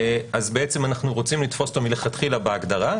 אז אנחנו רוצים לתפוס אותו מלכתחילה בהגדרה,